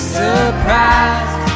surprised